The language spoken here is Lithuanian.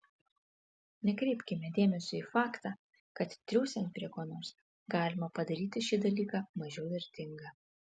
nekreipkime dėmesio į faktą kad triūsiant prie ko nors galima padaryti šį dalyką mažiau vertingą